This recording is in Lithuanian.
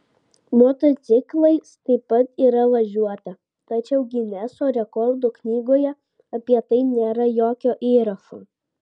motociklais taip pat yra važiuota tačiau gineso rekordų knygoje apie tai nėra jokio įrašo